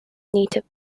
native